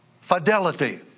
fidelity